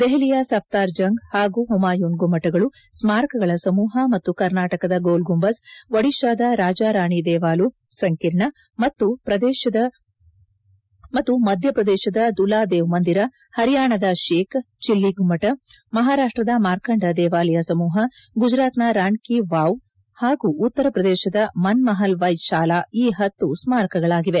ದೆಹಲಿಯ ಸಫ್ತಾರ್ ಜಂಗ್ ಹಾಗೂ ಹುಮಾಯೂನ್ ಗುಮ್ಮಟಗಳು ಸ್ಮಾರಕಗಳ ಸಮೂಹ ಮತ್ತು ಕರ್ನಾಟಕದ ಗೋಲ್ ಗುಂಬಜ್ ಒದಿಶಾದ ರಾಜ ರಾಣಿ ದೇವಾಲು ಸಂಕೀರ್ಣ ಮಧ್ಯ ಪ್ರದೇಶದ ದುಲಾದೇವ್ ಮಂದಿರ ಹರಿಯಾಣದ ಶೇಕ್ ಚಿಲ್ಲಿ ಗುಮ್ಮಣ ಮಹಾರಾಷ್ಟದ ಮಾರ್ಕಾಂಡ ದೇವಾಲಯ ಸಮೂಹ ಗುಜರಾತ್ನ ರಾಣಿ ಕಿ ವಾವ್ ಹಾಗೂ ಉತ್ತರ ಪ್ರದೇಶದ ಮನ್ ಮಹಲ್ ವೈದ್ ಶಾಲಾ ಈ ಹತ್ತು ಸ್ಮಾರಕಗಳಾಗಿವೆ